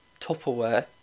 Tupperware